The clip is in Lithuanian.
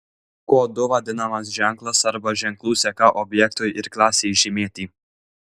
kodu vadinamas ženklas arba ženklų seka objektui ir klasei žymėti